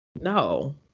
no